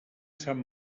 sant